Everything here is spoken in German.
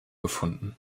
gefunden